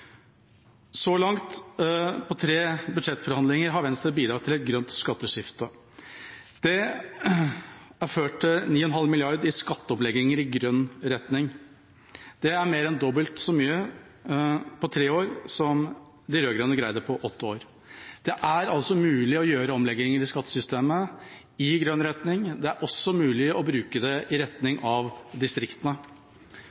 Så langt på tre budsjettforhandlinger har Venstre bidratt til et grønt skatteskifte. Det har ført til 9,5 mrd. kr i skatteomlegginger i grønn retning. Det er mer enn dobbelt så mye på tre år som de rød-grønne greide på åtte år. Det er altså mulig å gjøre omlegginger i skattesystemet i grønn retning. Det er også mulig å bruke det i retning av distriktene.